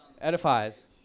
Edifies